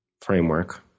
framework